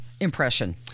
impression